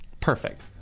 Perfect